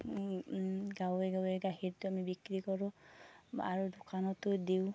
গাঁৱে গাঁৱে গাখীৰটো আমি বিক্ৰী কৰোঁ আৰু দোকানতো দিওঁ